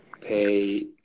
pay